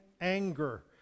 anger